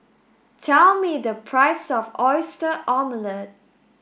tell me the price of oyster omelette